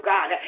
God